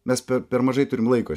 mes per mažai turim laiko